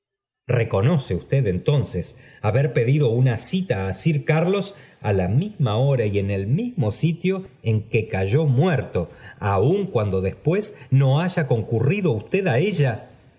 reconoce usted entonces haber pedido una cita á sir carlos a la misma hora y en el mismo sitio en que cayó muerto aun cuando después no haya concurrido usted á ella